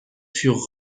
furent